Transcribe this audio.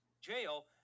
Jail